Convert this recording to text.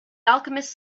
alchemist